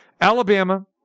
Alabama